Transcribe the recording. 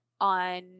on